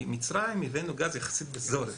ממצרים הבאנו גז יחסית בזול,